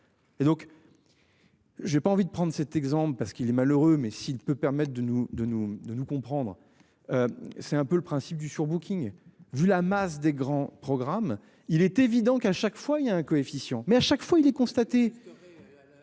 Et donc. J'ai pas envie de prendre cet exemple parce qu'il est malheureux mais s'il peut permettre de nous de nous de nous comprendre. C'est un peu le principe du surbooking, vu la masse des grands programmes, il est évident qu'à chaque. Des fois il y a un coefficient mais à chaque fois il est constaté.